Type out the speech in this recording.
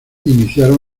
iniciaron